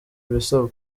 ibisabwa